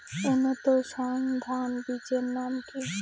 উন্নত সর্ন ধান বীজের নাম কি?